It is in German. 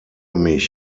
mich